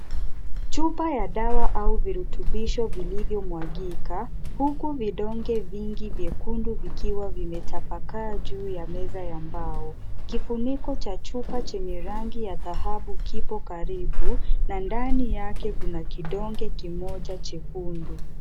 Chupa ya dawa au virutubisho vilivyo mwagika, huku vidonge vingi vyekundu vikiwa vimetapakaa kwenye meza ya mbao. Kifuniko cha chupa chenye rangi ya dhahabu kipo karibu na ndani yake kuna kidonge kimoja chekundu.